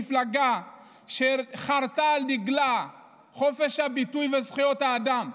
מפלגה שחרתה על דגלה את חופש הביטוי וזכויות האדם.